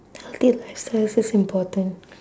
healthy lifestyle is also important